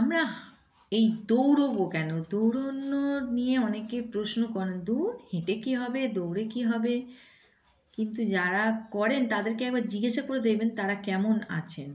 আমরা এই দৌড়বো কেন দৌড় নিয়ে অনেকে প্রশ্ন করেন দূর হেঁটে কী হবে দৌড়ে কী হবে কিন্তু যারা করেন তাদেরকে আবার জিজ্ঞাসা করে দেবেন তারা কেমন আছেন